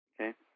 okay